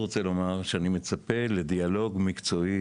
אני רוצה לומר שאני מצפה לדיאלוג מקצועי